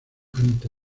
ante